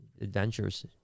Adventures